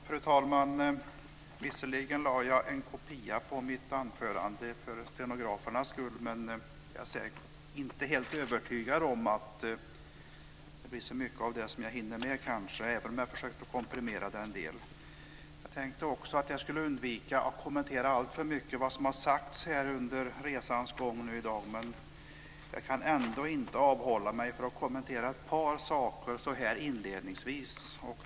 Fru talman! Visserligen gav jag en kopia på mitt anförande till stenograferna, men jag är inte helt övertygad om att jag hinner med allt, trots att jag har försökt komprimera det en del. Jag tänkte också att jag skulle undvika att alltför mycket kommentera vad som har sagts i dag, men jag kan ändå inte avhålla mig från att kommentera ett par saker inledningsvis.